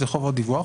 זה חובות הדיווח,